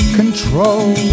control